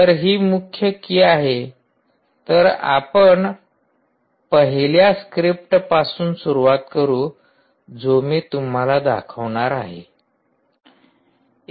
तर ही मुख्य की आहे तर आपण पहिल्या स्क्रिप्ट पासून सुरुवात करू जो मी तुम्हाला दाखवणार आहे